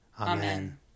Amen